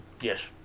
Yes